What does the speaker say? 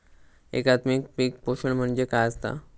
एकात्मिक पीक पोषण म्हणजे काय असतां?